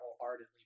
wholeheartedly